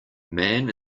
man